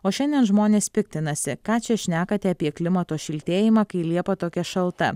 o šiandien žmonės piktinasi ką čia šnekate apie klimato šiltėjimą kai liepa tokia šalta